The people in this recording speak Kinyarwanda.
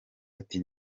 ati